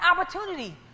opportunity